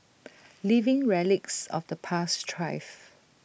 living relics of the past thrive